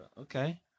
Okay